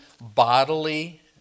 bodily